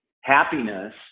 happiness